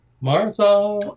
Martha